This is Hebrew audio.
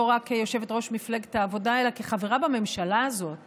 רק כיושבת-ראש מפלגת העבודה אלא כחברה בממשלה הזאת